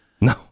No